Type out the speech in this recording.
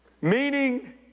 Meaning